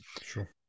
Sure